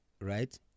right